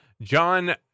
John